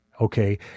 okay